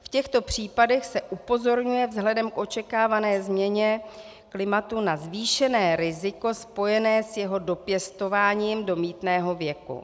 V těchto případech se upozorňuje vzhledem k očekávané změně klimatu na zvýšené riziko spojené s jeho dopěstováním do mýtného věku.